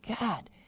God